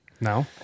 No